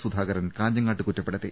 സുധാകരൻ കാഞ്ഞ ങ്ങാട്ട് കുറ്റപ്പെടുത്തി